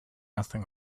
nothing